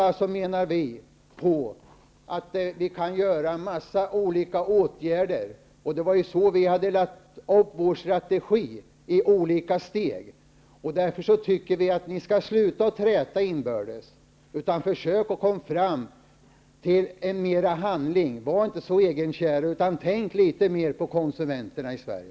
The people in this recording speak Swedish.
En mängd åtgärder kan alltså, menar vi, göras, och vi har lagt upp en strategi i olika steg. Sluta träta inbördes och försök i stället att komma fram till handling. Var inte så egenkära, utan tänk litet mer på konsumenterna i Sverige.